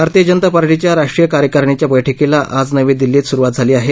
भारतीय जनता पार्टीच्या राष्ट्रीय कार्यकारिणीच्या बैठकीला आज नवी दिल्लीत सुरुवात झाली आहे